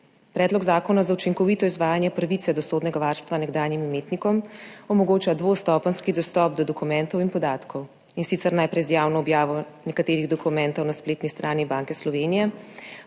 Predlog zakona za učinkovito izvajanje pravice do sodnega varstva nekdanjim imetnikom omogoča dvostopenjski dostop do dokumentov in podatkov, in sicer najprej z javno objavo nekaterih dokumentov na spletni strani Banke Slovenije,